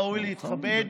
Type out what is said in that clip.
ראוי להתכבד.